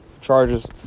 charges